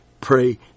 pray